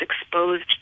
exposed